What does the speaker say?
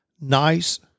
nice